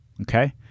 Okay